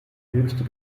höchste